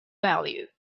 value